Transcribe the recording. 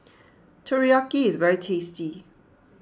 Teriyaki is very tasty